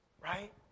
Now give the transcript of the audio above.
right